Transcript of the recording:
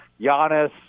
Giannis